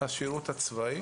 השירות הצבאי